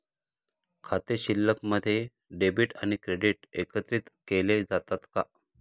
खाते शिल्लकमध्ये डेबिट आणि क्रेडिट एकत्रित केले जातात का?